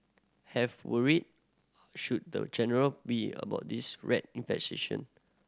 have worried should the general be about this rat infestation